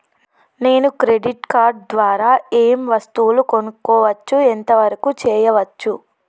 నేను credit card ద్వారా ఏం వస్తువులు కొనుక్కోవచ్చు ఎంత వరకు చేయవచ్చు?